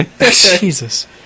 Jesus